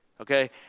Okay